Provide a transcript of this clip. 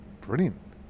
Brilliant